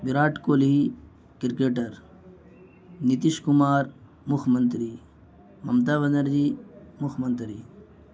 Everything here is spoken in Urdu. وراٹ کوہلی کرکٹر نتیش کمار مکھیہ منتری ممتا بنرجی مکھیہ منتری